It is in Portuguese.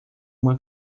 uma